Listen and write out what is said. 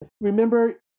remember